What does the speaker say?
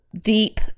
deep